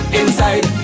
inside